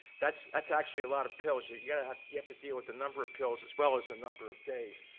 that's that's actually a lot of pills, you yeah have you have to deal with the number of pills as well as the number of days.